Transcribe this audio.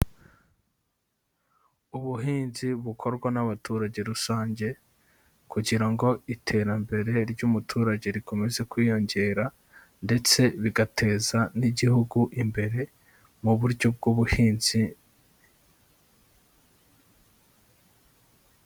Ubuhinzi bukorwa n'abaturage rusange kugira ngo iterambere ry'umuturage rikomeze kwiyongera ndetse bigateza n'igihugu imbere mu buryo bw'ubuhinzi.